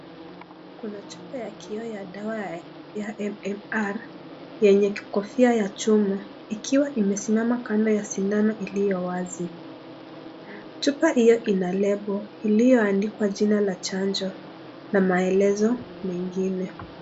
Kuna chupa ya kioo ya dawa ya MMR yenye kofia ya chuma ikiwa imesimama kando ya sindano iliyo wazi. Chupa hiyo ina lebo iliyoandikwa jina la chanjo na maelezo mengine.